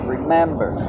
Remember